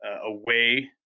away